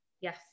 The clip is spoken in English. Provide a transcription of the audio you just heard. yes